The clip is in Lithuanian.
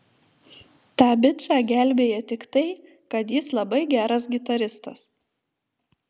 tą bičą gelbėja tik tai kad jis labai geras gitaristas